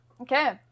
Okay